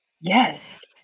Yes